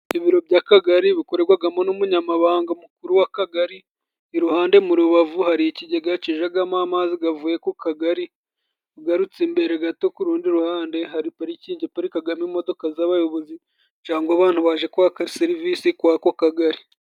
Ibiro by'kagari, bikoremo n'umunyamabanga mukuru w'akagari, iruhande mu rubavu hari ikigega kijyamo amazi avuye ku kagari, ugarutse mbere gato ku rundi ruhande hari parikingi iparikamo imodoka z'abayobozi, cyangwa abantu baje kwaka serivisi kuri ako kagari.